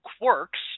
quirks